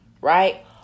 Right